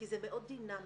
כי זה מאוד דינמי,